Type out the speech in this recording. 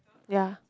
ya